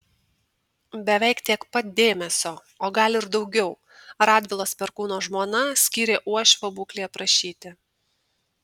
beveik tiek pat dėmesio o gal ir daugiau radvilos perkūno žmona skyrė uošvio būklei aprašyti